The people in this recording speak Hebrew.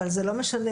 אבל זה לא משנה,